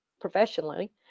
professionally